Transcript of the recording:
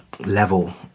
Level